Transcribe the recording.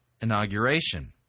inauguration